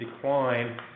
decline